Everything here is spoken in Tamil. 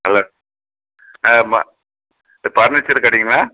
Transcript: ஹலோ ஃபர்னிச்சர் கடைங்களா